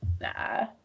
Nah